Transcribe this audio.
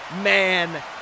man